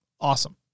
awesome